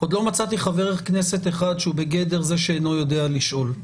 עוד לא מצאתי חבר כנסת אחד שהוא בגדר "זה שאינו יודע לשאול",